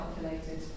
calculated